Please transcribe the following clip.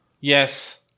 Yes